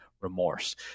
remorse